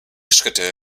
schritte